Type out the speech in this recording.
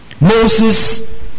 Moses